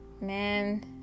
man